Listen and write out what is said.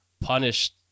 punished